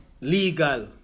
legal